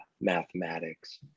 mathematics